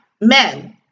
men